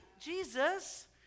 Jesus